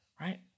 Right